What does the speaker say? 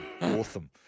Awesome